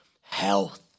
health